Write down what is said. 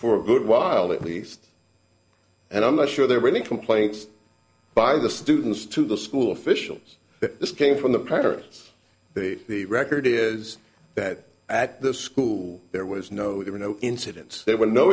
a good while at least and i'm not sure there were any complaints by the students to the school officials that this came from the parents the record is that at the school there was no there were no incidents there were no